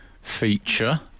feature